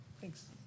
Thanks